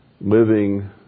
living